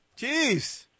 jeez